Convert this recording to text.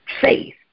faith